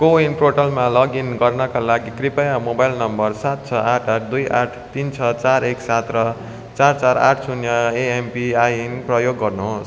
कोविन पोर्टलमा लगइन गर्नाका लागि कृपया मोबाइल नम्बर सात छ आठ आठ दुई आठ तिन छ चार एक सात र चार चार आठ शून्य एमपिआइएन प्रयोग गर्नु होस्